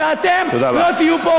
ואתם לא תהיו פה.